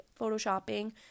photoshopping